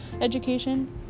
education